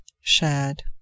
Shad